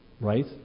Right